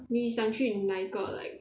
你想去哪个 like